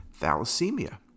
Thalassemia